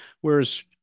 whereas